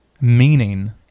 meaning